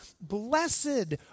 blessed